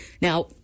Now